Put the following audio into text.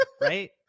right